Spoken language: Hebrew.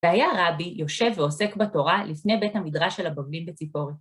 והיה רבי יושב ועוסק בתורה לפני בית המדרש של הבבלים בציפורי.